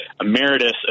emeritus